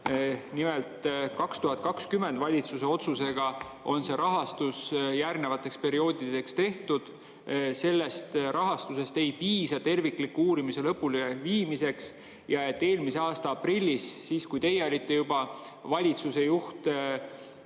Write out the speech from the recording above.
et 2020 on valitsuse otsusega see rahastus järgnevateks perioodideks tehtud, aga sellest rahastusest ei piisa tervikliku uurimise lõpuleviimiseks. Ja et eelmise aasta aprillis, siis kui teie olite juba valitsuse juht,